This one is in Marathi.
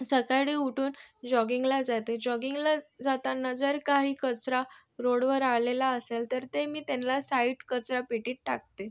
सकाळी उठून जॉगिंगला जाते जॉगिंगला जाताना जर काही कचरा रोडवर आलेला असेल तर ते मी त्यांना साईट कचरापेटीत टाकते